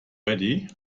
ready